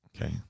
Okay